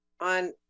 on